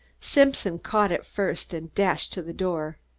simpson caught it first and dashed to the door.